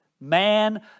Man